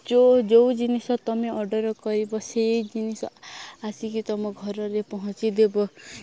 ଯେଉଁ ଯେଉଁ ଜିନିଷ ତମେ ଅର୍ଡ଼ର୍ କରିବ ସେଇ ଜିନିଷ ଆସିକି ତମ ଘରରେ ପହଞ୍ଚି ଦବ